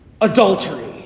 adultery